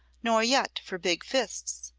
nor yet for big fists.